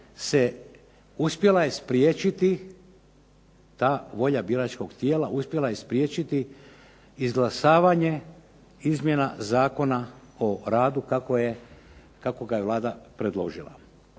ta volja biračkog tijela, uspjela je spriječiti izglasavanje izmjena Zakona o radu kako ga je Vlada predložila.